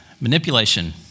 manipulation